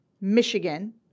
Michigan